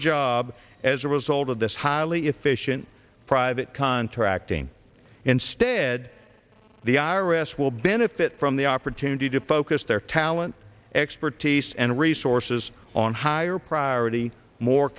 job as a result of this highly efficient private contracting instead the our wrists will benefit from the opportunity to focus their talent expertise and resources on higher priority more